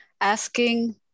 asking